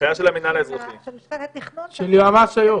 של צוות תכנון שלהם,